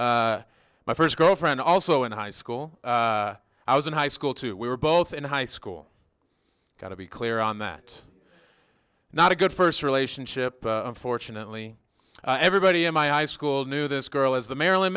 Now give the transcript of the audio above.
l my first girlfriend also in high school i was in high school too we were both in high school got to be clear on that not a good first relationship unfortunately everybody in my high school knew this girl as the marilyn